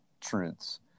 truths